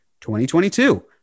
2022